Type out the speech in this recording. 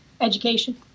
education